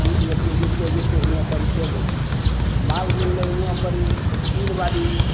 जीत गेलियै जीतते जीतते हियाँ परिचय लेलियै माल मिललय हुवाँ परी तीन बारी